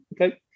okay